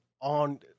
on